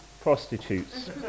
prostitutes